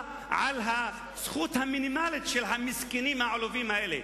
על הזכות המינימלית של המסכנים העלובים האלה.